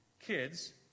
Kids